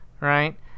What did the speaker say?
right